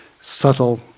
Subtle